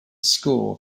score